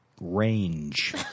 range